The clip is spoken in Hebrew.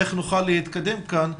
איך נוכל להתקדם כאן,